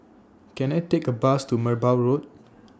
Can I Take A Bus to Merbau Road